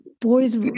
boys